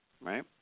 right